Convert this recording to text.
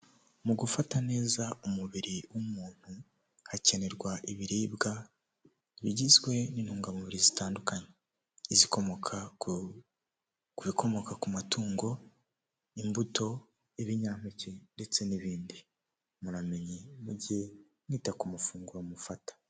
Mu gufata neza umubiri w'umuntu hakenerwa ibiribwa bigizwe n'intungamubiri zitandukanye, izikomoka ku ku bikomoka ku matungo, imbuto y'ibinyampeke, ndetse n'ibindi muramenye mujye mwita ku mafunguro mufata.